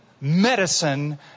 Medicine